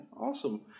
Awesome